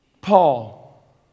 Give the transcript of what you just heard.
Paul